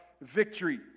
victory